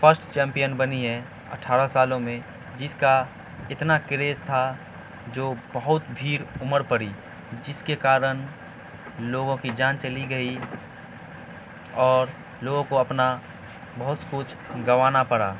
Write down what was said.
first champion بنی ہے اٹھارہ سالوں میں جس کا اتنا کریز تھا جو بہت بھیڑ عمر پڑی جس کے کارن لوگوں کی جان چلی گئی اور لوگوں کو اپنا بہت کچھ گوانا پڑا